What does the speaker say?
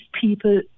people